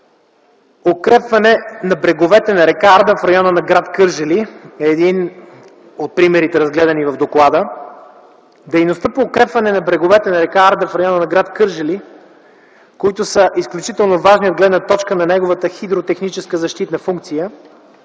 Укрепване на бреговете на р. Арда в района на гр. Кърджали” е един от примерите, разгледани в Доклада. Дейностите по укрепване бреговете на р.Арда в района на гр. Кърджали, които са важни от гледна точка на неговата хидротехническа защитна функция